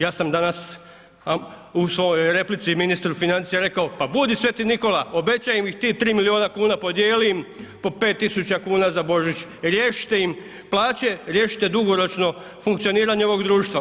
Ja sam danas u svojoj replici ministru financija rekao, pa budi sv. Nikola, obećaj im i tih 3 milijuna kuna, podijeli im po 5 tisuća kuna za Božić, riješite im plaće, riješite dugoročno funkcioniranje ovog društva.